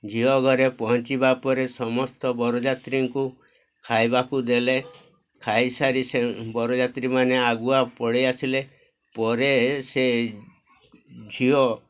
ଝିଅ ଘରେ ପହଞ୍ଚିବା ପରେ ସମସ୍ତ ବରଯାତ୍ରୀଙ୍କୁ ଖାଇବାକୁ ଦେଲେ ଖାଇସାରି ସେ ବରଯାତ୍ରୀମାନେ ଆଗୁଆ ପଳାଇ ଆସିଲେ ପରେ ସେ ଝିଅ